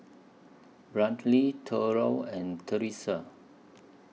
Brantley Thurlow and Teresa